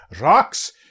Rocks